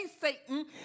Satan